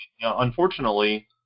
unfortunately